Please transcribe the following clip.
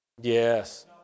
Yes